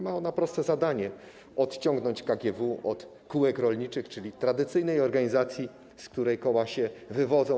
Ma ona proste zadanie: odciągnąć KGW od kółek rolniczych, czyli tradycyjnej organizacji, z której koła się wywodzą.